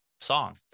song